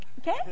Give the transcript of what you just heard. Okay